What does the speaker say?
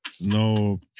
No